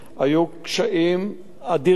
כולל בשבוע האחרון,